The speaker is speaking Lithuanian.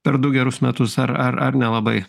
per du gerus metus ar ar ar nelabai